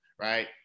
Right